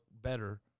better